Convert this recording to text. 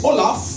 Olaf